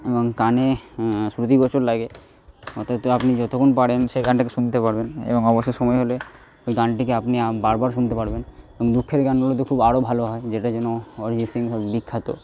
এবং কানে শ্রুতিগোচর লাগে অর্থাৎ আপনি যতক্ষণ পারেন সে গানটাকে শুনতে পারবেন এবং অবসর সময় হলে ওই গানটিকে আপনি বার বার শুনতে পারবেন এবং দুঃখের গান হলে তো খুব আরো ভালো হয় যেটার জন্য অরিজিৎ সিং বিখ্যাত